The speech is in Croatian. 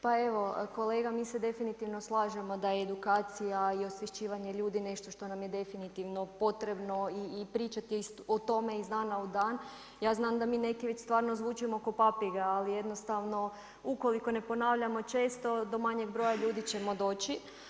Pa evo kolega mi se definitivno slažemo da je edukacija i osvješćivanje ljudi nešto što nam je definitivno potrebno i pričati o tome iz dana u dan, ja znam da mi neki već stvarno zvučimo ko papige, ali jednostavno u koliko ne ponavljamo često do manjeg broja ljudi ćemo doći.